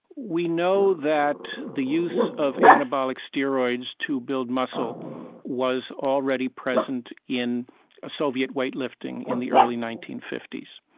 we know that the use of anabolic steroids to build muscle was already present in soviet weightlifting in the early nineteen fifty s.